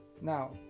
Now